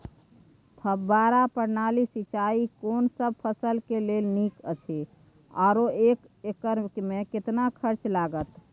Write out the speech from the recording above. फब्बारा प्रणाली सिंचाई कोनसब फसल के लेल नीक अछि आरो एक एकर मे कतेक खर्च लागत?